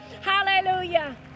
Hallelujah